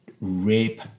rape